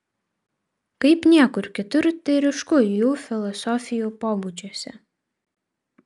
kaip niekur kitur tai ryšku jų filosofijų pobūdžiuose